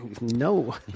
No